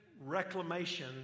reclamation